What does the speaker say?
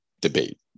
debate